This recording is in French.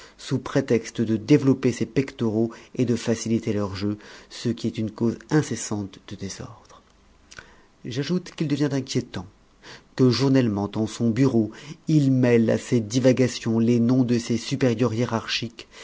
sous prétexte de développer ses pectoraux et de faciliter leur jeu ce qui est une cause incessante de désordre j'ajoute qu'il devient inquiétant que journellement en son bureau il mêle à ses divagations les noms de ses supérieurs hiérarchiques